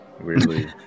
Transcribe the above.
weirdly